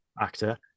actor